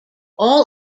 all